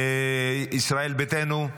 ישראל ביתנו,